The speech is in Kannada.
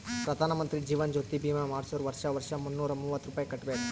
ಪ್ರಧಾನ್ ಮಂತ್ರಿ ಜೀವನ್ ಜ್ಯೋತಿ ಭೀಮಾ ಮಾಡ್ಸುರ್ ವರ್ಷಾ ವರ್ಷಾ ಮುನ್ನೂರ ಮೂವತ್ತ ರುಪಾಯಿ ಕಟ್ಬಬೇಕ್